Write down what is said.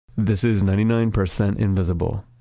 this is ninety nine percent invisible.